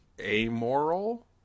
amoral